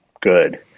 good